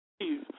Please